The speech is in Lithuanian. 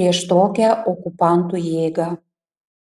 prieš tokią okupantų jėgą